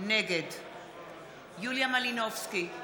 נגד יוליה מלינובסקי,